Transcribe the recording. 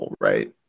right